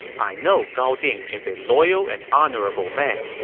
i know gao ding is a loyal and honorable man.